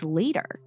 later